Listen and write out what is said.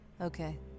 Okay